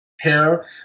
hair